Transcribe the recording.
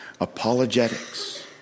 Apologetics